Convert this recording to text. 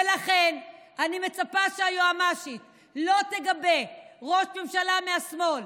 ולכן אני מצפה שהיועמ"שית לא תגבה ראש ממשלה מהשמאל